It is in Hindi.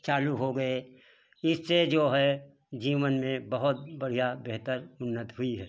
चालू हो गए इससे जो है जीवन में बहुत बढ़िया बेहतर उन्नति हुई है